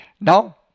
now